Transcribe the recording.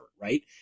right